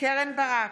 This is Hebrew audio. קרן ברק,